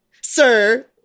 sir